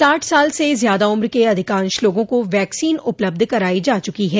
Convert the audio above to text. साठ साल से ज्यादा उम्र के अधिकांश लोगों को वैक्सीन उपलब्ध करायी जा चुकी है